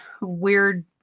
weird